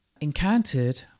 encountered